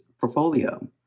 portfolio